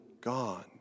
gone